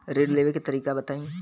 ऋण लेवे के तरीका बताई?